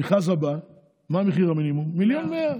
מה מחיר המינימום במכרז הבא?